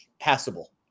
passable